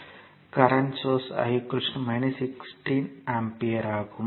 current source I 16 ampere ஆகும்